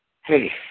hey